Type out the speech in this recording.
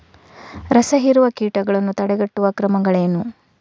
ರಸಹೀರುವ ಕೀಟಗಳನ್ನು ತಡೆಗಟ್ಟುವ ಕ್ರಮಗಳೇನು?